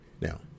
Now